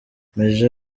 major